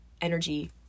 energy